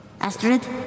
Astrid